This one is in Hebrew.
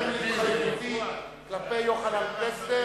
בהתאם להתחייבותי כלפי יוחנן פלסנר,